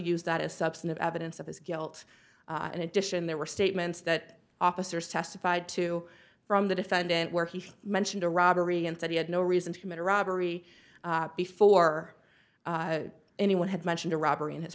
use that as substantive evidence of his guilt in addition there were statements that officers testified to from the defendant where he mentioned a robbery and said he had no reason to commit a robbery before anyone had mentioned a robbery in his